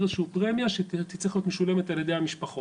איזו שהיא פרמיה שתצטרך להיות משולמת על ידי המשפחות